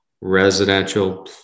residential